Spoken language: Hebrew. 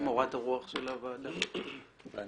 אתה